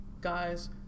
Guys